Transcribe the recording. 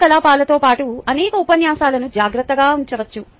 కార్యకలాపాలతో పాటు అనేక ఉపన్యాసాలను జాగ్రత్తగా ఉంచవచ్చు